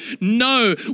No